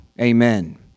Amen